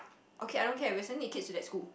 okay I don't care we are sending the kids to that school